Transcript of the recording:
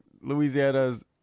Louisiana's